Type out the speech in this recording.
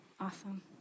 Awesome